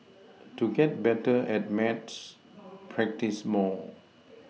to get better at maths practise more